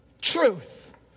truth